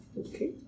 okay